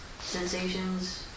sensations